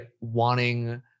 wanting